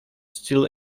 still